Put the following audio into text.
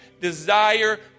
desire